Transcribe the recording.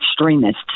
extremists